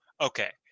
Okay